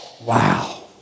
Wow